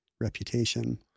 reputation